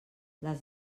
les